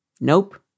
Nope